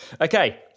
Okay